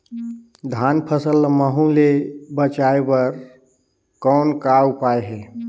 धान फसल ल महू ले बचाय बर कौन का उपाय हे?